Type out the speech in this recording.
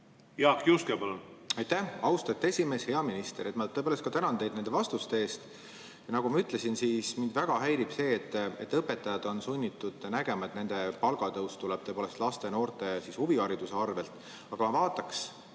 Jaak Juske, palun! Aitäh, austatud esimees! Hea minister! Ma tõepoolest ka tänan teid nende vastuste eest, aga nagu ma ütlesin, mind väga häirib see, et õpetajad on sunnitud nägema, et nende palga tõus tuleb laste ja noorte huvihariduse arvel. Samas ma vaataks